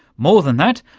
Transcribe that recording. more than that,